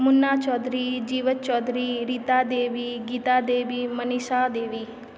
Munna Chaudhary Jivachh Chaudhary Rita Devi Gita Devi Manisha Devi